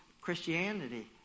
Christianity